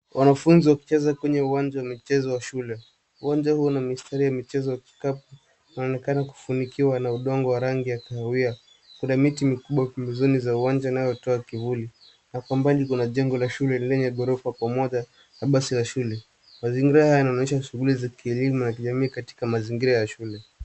Wanafunzi wakicheza kwenye uwanja wa michezo wa shule. Uwanja huo una mistari ya michezo wa kikapu. Inaonekana kufunikiwa na udongo wa rangi ya kahawia. Kuna miti mikubwa pembezoni za uwanja inayotoa kivuli na kwa mbali kuna jengo la shule lenye ghorofa pamoja na basi la shule. Mazingira haya yanaonyesha shughuli za kielimu na kijamii katika mazingira ya shule.